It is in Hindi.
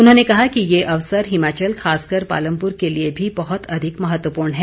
उन्होंने कहा कि ये अवसर हिमाचल खासकर पालमपुर के लिए भी बहुत अधिक महत्वपूर्ण है